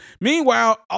Meanwhile